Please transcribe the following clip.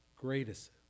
greatest